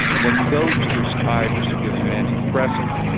when you go to your psychiatrist who gives you an antidepressant,